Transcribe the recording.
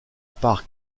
part